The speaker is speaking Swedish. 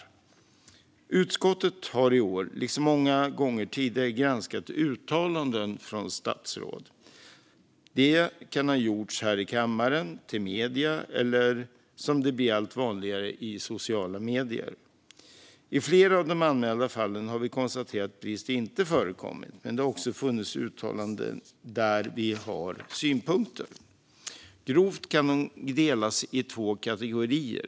Gransknings betänkandeInledning Utskottet har i år, liksom många gånger tidigare, granskat uttalanden från statsråd. De kan ha gjorts i här i kammaren, till medier eller - som blir allt vanligare - i sociala medier. I flera av de anmälda fallen har vi konstaterat att brist inte förekommit, men det finns också fall där vi har synpunkter. Grovt kan uttalandena delas in i två kategorier.